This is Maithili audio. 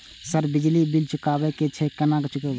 सर बिजली बील चुकाबे की छे केना चुकेबे?